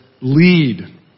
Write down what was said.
lead